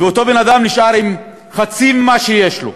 ואותו בן-אדם נשאר עם חצי ממה שיש לו.